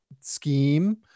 scheme